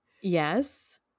yes